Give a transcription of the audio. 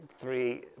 three